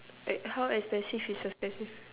wait how expensive is expensive